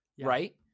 right